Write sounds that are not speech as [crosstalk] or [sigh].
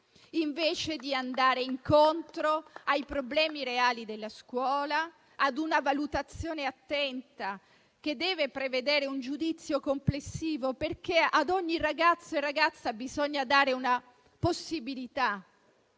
invece di andare incontro ai problemi reali della scuola, [applause] ad una valutazione attenta che deve prevedere un giudizio complessivo. Ad ogni ragazzo e ragazza bisogna dare una possibilità,